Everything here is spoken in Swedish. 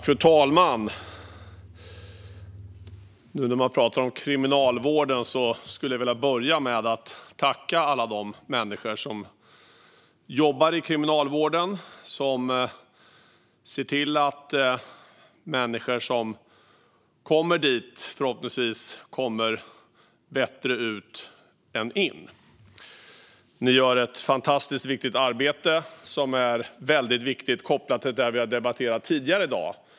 Fru talman! När vi nu talar om kriminalvården vill jag börja mitt anförande med att tacka alla de människor som jobbar inom den och som ser till att personer som kommer dit förhoppningsvis är bättre när de kommer ut än när de kom in. Alla dessa människor gör ett fantastiskt viktigt arbete, och det är kopplat till det vi har debatterat tidigare i dag.